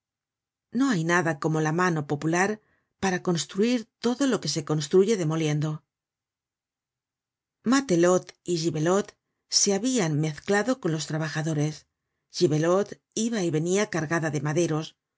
no hay nada como la mano popular para construir todo lo que se construye demoliendo matelote y gibelote se habian mezclaío con los trabajadores gibelote iba y venia cargada de maderos